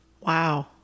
Wow